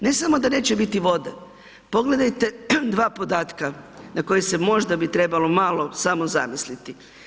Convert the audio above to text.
Ne samo da neće biti vode, pogledajte dva podatka na koje se možda bi trebalo malo samo zamisliti.